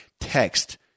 text